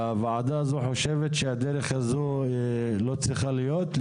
הועדה הזאת חושבת שהדרך הזאת לא צריכה להיות?